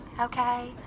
okay